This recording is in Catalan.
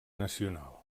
nacional